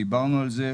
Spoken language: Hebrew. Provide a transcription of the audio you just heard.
דיברנו על זה,